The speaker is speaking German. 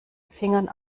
fingern